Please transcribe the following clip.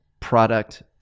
product